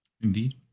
Indeed